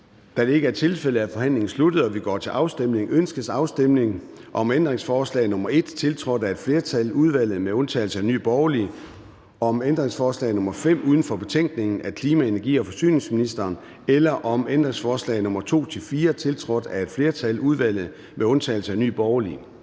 Da det ikke er tilfældet, er forhandlingen sluttet, og vi går til afstemning. Kl. 14:26 Afstemning Formanden (Søren Gade): Ønskes afstemning om ændringsforslag nr. 1, tiltrådt af et flertal (udvalget med undtagelse af NB), om ændringsforslag nr. 5 uden for betænkningen af klima-, energi- og forsyningsministeren eller om ændringsforslag nr. 2-4, tiltrådt af et flertal (udvalget med undtagelse af Nye Borgerlige)?